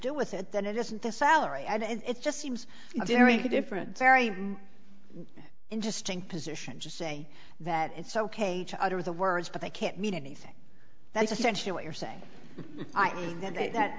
with it then it isn't the salary and it's just seems a very different very interesting position to say that it's ok to utter the words but they can't mean anything that's essentially what you're saying i e that